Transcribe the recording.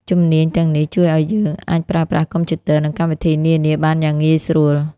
ជំនាញទាំងនេះជួយឱ្យយើងអាចប្រើប្រាស់កុំព្យូទ័រ និងកម្មវិធីនានាបានយ៉ាងងាយស្រួល។